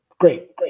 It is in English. Great